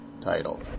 title